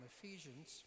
Ephesians